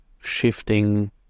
shifting